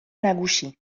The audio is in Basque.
nagusi